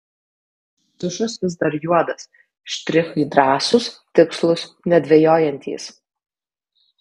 tušas vis dar juodas štrichai drąsūs tikslūs nedvejojantys